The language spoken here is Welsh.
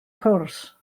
cwrs